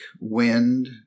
wind